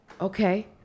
Okay